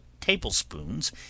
tablespoons